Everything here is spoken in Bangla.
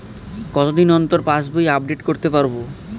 কতদিন অন্তর পাশবই আপডেট করতে পারব?